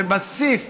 בבסיס,